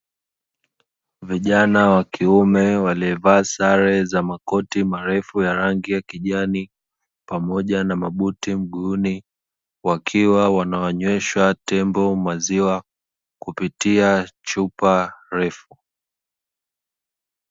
Vijana wa kiume waliovaa sare za makoti marefu ya rangi ya kijani, pamoja na mabuti mguuni, wakiwa wanawanywesha tembo maziwa kupitia chupa refu.